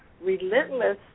relentless